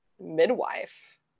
midwife